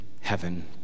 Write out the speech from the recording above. heaven